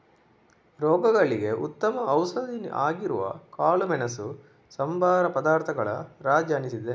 ರೋಗಗಳಿಗೆ ಉತ್ತಮ ಔಷಧಿ ಆಗಿರುವ ಕಾಳುಮೆಣಸು ಸಂಬಾರ ಪದಾರ್ಥಗಳ ರಾಜ ಅನಿಸಿದೆ